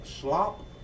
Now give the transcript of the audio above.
Slop